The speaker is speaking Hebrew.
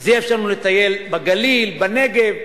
וזה יאפשר לנו לטייל בגליל ובנגב.